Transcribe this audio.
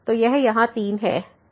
तो यह यहाँ 3 है